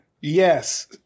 yes